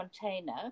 container